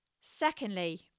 Secondly